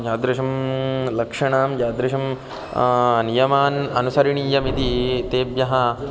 यादृशं लक्षणं यादृशं नियमान् अनुसरणीयमिति तेभ्यः